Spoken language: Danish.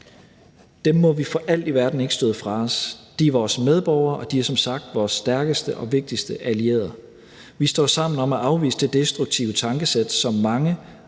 Dem må vi for alt i verden ikke støde fra os, de er vores medborgere, og de er som sagt vores stærkeste og vigtigste allierede. Vi står sammen om at afvise det destruktive tankesæt, som mange